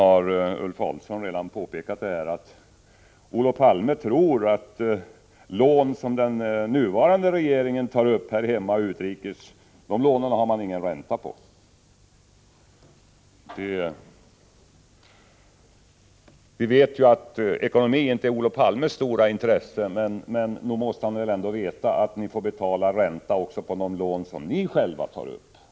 Ulf Adelsohn har redan påpekat att Olof Palme tydligen tror att de lån som den nuvarande regeringen tar upp här hemma och utrikes inte har någon ränta. Vi vet ju att ekonomi inte är Olof Palmes stora intresse, men nog måste han väl ändå känna till att man får betala ränta också på de lån som socialdemokraterna tar upp?